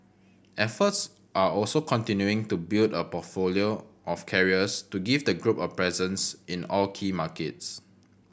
efforts are also continuing to build a portfolio of carriers to give the group a presence in all key markets